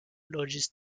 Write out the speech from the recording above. loĝis